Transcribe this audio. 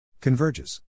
converges